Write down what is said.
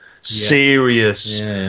serious